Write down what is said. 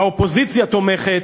האופוזיציה תומכת